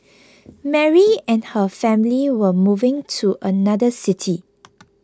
Mary and her family were moving to another city